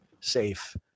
safe